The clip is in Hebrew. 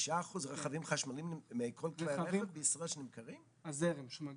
תשעה אחוזים מכל כלי הרכב שנמכרים בישראל הם רכבים חשמליים?